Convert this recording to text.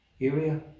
area